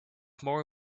more